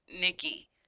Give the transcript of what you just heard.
Nikki